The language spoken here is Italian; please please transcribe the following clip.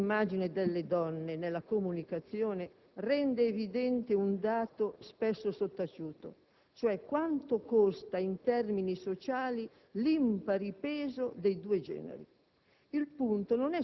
Il tema dell'immagine delle donne nella comunicazione rende evidente un dato spesso sottaciuto, cioè quanto costa, in termini sociali, l'impari peso dei due generi.